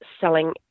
selling